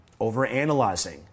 overanalyzing